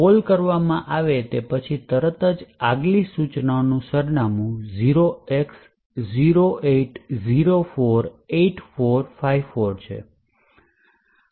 call કરવામાં આવે તે પછી તરત જ આગલી સૂચનાનું સરનામું 0x08048454 છે